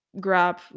Grab